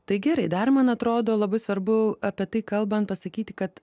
tai gerai dar man atrodo labai svarbu apie tai kalbant pasakyti kad